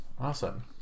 Awesome